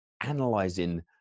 analyzing